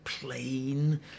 Plain